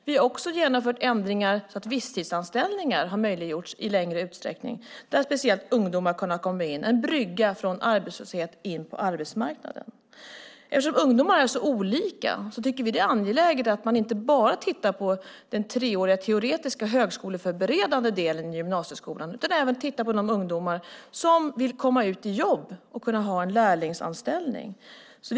Vi har också genomfört ändringar så att det har blivit möjligt med visstidsanställningar i större utsträckning. Där har speciellt ungdomar kunnat komma in. Det är en brygga från arbetslöshet in på arbetsmarknaden. Eftersom ungdomar är olika tycker vi att det är angeläget att man inte bara ser över den treåriga teoretiska högskoleförberedande delen i gymnasieskolan utan även tänker på de ungdomar som vill ha en lärlingsanställning och komma ut i jobb.